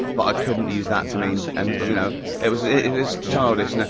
but i couldn't use that to mean and a you know. it was it was childish. and